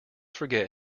forget